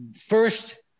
first